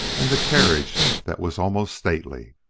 and the carriage that was almost stately.